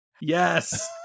Yes